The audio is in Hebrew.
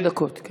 דקות.